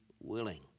willing